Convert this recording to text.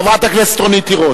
חברת הכנסת רונית תירוש.